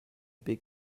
big